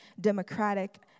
Democratic